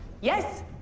Yes